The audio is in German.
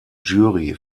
jury